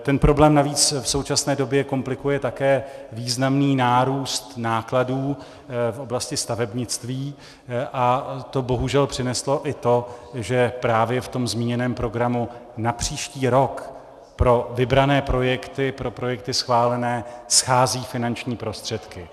Ten problém navíc v současné době komplikuje také významný nárůst nákladů v oblasti stavebnictví a to bohužel přineslo i to, že právě v tom zmíněném programu na příští rok pro vybrané projekty, pro projekty schválené, schází finanční prostředky.